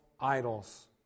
idols